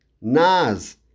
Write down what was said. Nas